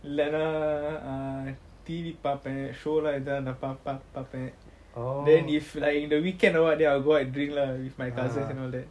இல்ல:illa err T_V பாப்பான்:paapan show எத்துணை பாப்பான்:yeathuna paapan then if like the weekend or what then I will go out and drink lah with my cousins and all that